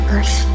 Earth